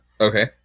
Okay